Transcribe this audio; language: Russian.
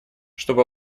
чтобы